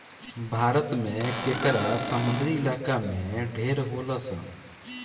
भारत में केकड़ा समुंद्री इलाका में ढेर होलसन